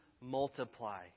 multiply